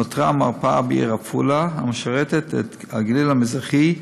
נותרה מרפאה בעיר עפולה המשרתת את הגליל המזרחי,